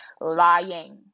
Lying